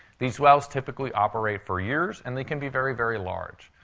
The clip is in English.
these wells typically operate for years, and they can be very, very large.